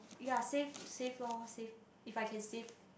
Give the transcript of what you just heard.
yea save save loh save if I can save